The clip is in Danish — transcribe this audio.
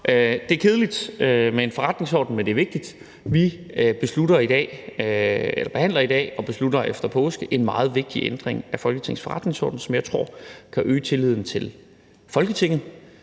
det er kedeligt med en forretningsorden, men det er vigtigt. Vi behandler i dag og beslutter efter påske en meget vigtig ændring af Folketingets forretningsorden, som jeg tror kan øge tilliden til Folketinget,